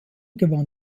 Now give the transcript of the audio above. gewann